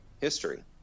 history